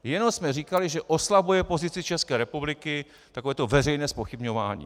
Jenom jsme říkali, že oslabuje pozici České republiky takové to veřejné zpochybňování.